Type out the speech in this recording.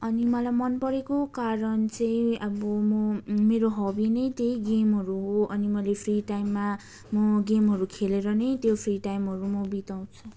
अनि मलाई मनपरेको कारण चाहिँ अब म मेरो हबी नै त्यही गेमहरू हो अनि मेलै फ्री टाइममा म गेमहरू खेलेर नै त्यो फ्री टाइमहरू म बिताउँछु